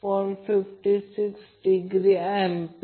आता पुढे balance ∆ connection आहे